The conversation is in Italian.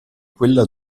quella